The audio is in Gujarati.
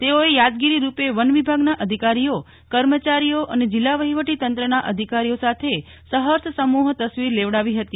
તેઓએ યાદગીરી રૂપે વન વિભાગના અધિકારીઓકર્મચારીઓ અને જિલ્લા વહીવટી તંત્રના અધિકારીઓ સાથે સહર્ષ સમુહ તસ્વીર લેવડાવી હતી